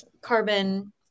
carbon